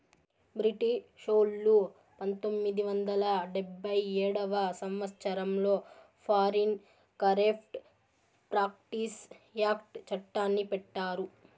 బ్రిటిషోల్లు పంతొమ్మిది వందల డెబ్భై ఏడవ సంవచ్చరంలో ఫారిన్ కరేప్ట్ ప్రాక్టీస్ యాక్ట్ చట్టాన్ని పెట్టారు